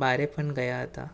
બહારે પણ ગયા હતા